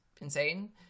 insane